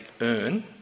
earn